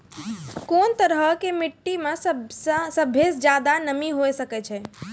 कोन तरहो के मट्टी मे सभ्भे से ज्यादे नमी हुये सकै छै?